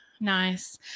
nice